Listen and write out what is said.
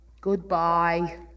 Goodbye